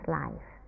life